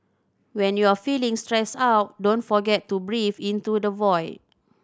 when you are feeling stressed out don't forget to breathe into the void